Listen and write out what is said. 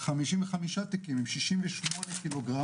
55 תיקים עם 68 ק"ג.